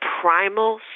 primal